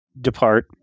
depart